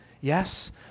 Yes